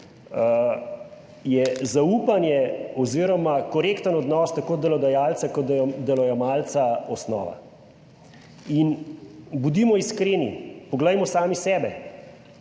je zaupanje oziroma korekten odnos tako delodajalca kot delojemalca osnova in bodimo iskreni, poglejmo sami sebe.